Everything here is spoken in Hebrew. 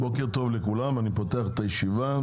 בוקר טוב לכולם, אני פותח את הישיבה,